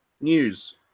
news